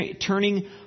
turning